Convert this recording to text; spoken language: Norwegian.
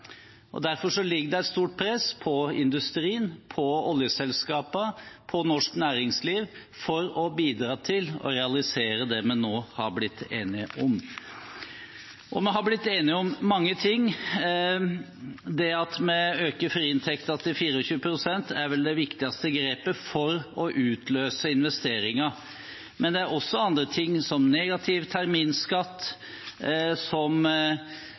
Derfor ligger det et stort press på industrien, oljeselskapene og norsk næringsliv for å bidra til å realisere det vi nå har blitt enige om. Vi har blitt enige om mye. Det at vi øker friinntekten til 24 pst., er vel det viktigste grepet for å utløse investeringer. Men det er også andre ting, som negativ terminskatt og nedsettelse av et grønt utvalg som